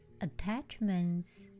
attachments